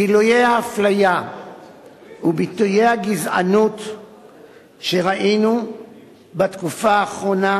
גילויי האפליה וביטויי הגזענות שראינו בתקופה האחרונה,